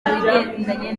ibigendanye